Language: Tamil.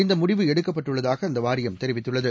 இந்த முடிவு எடுக்கப்பட்டுள்ளதாக அந்த வாரியம் தெரிவித்துள்ளது